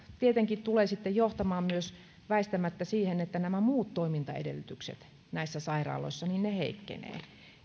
tietenkin tulee sitten johtamaan myös väistämättä siihen että nämä muut toimintaedellytykset näissä sairaaloissa heikkenevät